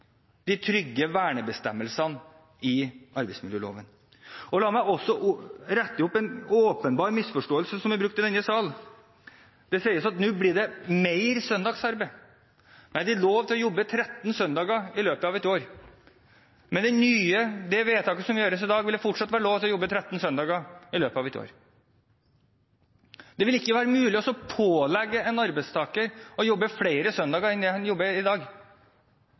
de trygge vernebestemmelsene i arbeidsmiljøloven. La meg også rette opp en åpenbar misforståelse. I denne sal sies det at nå blir det mer søndagsarbeid. Nei, det er lov til å jobbe 13 søndager i løpet av et år. Med det vedtaket som gjøres i dag, vil det fortsatt være lov å jobbe 13 søndager i løpet av et år. Det vil ikke være mulig å pålegge en arbeidstaker å jobbe flere søndager enn det han jobber i dag.